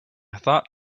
thought